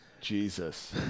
Jesus